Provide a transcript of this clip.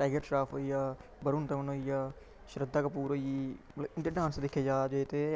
tiger Shroff होई गेआ वरूण धवन होई गेआ श्रद्धा कपूर होई गेई मतलब इं'दे डांस दिक्खे जा जे ते